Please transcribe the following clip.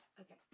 Okay